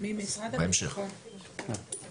את הנתונים האלה?